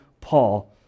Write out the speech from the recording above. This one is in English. Paul